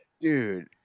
Dude